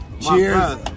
Cheers